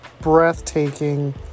breathtaking